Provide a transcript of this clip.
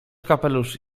kapelusz